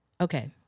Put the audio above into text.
okay